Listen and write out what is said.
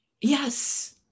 Yes